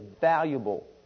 valuable